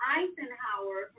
Eisenhower